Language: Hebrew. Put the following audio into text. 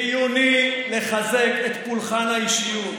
חיוני לחזק את פולחן האישיות.